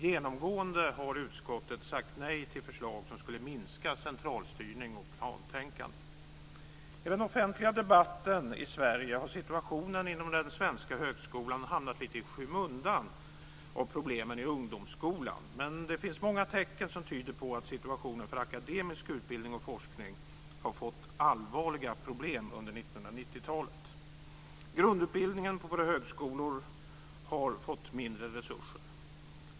Genomgående har utskottet sagt nej till förslag som skulle minska centralstyrning och plantänkande. I den offentliga debatten i Sverige har situationen inom den svenska högskolan hamnat lite i skymundan av problemen i ungdomsskolan. Men det finns många tecken som tyder på att situationen för akademisk utbildning och forskning har fått allvarliga problem under 1990-talet. Grundutbildningen på våra högskolor har fått mindre resurser.